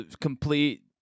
complete